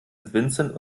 vincent